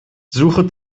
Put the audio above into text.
suche